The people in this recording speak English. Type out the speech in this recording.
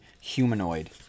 humanoid